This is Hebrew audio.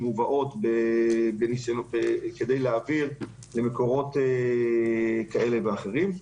שמובאות כדי להעביר למקורות כאלה ואחרים.